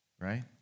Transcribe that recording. right